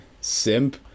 Simp